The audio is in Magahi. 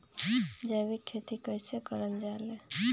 जैविक खेती कई से करल जाले?